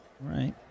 Right